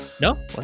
No